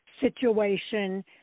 situation